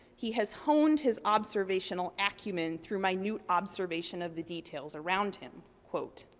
he has honed his observational acumen through minute observation of the details around him. quote,